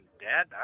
Dad